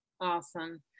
Awesome